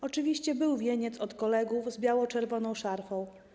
Oczywiście był wieniec od kolegów z biało-czerwoną szarfą.